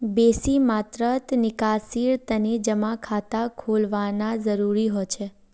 बेसी मात्रात निकासीर तने जमा खाता खोलवाना जरूरी हो छेक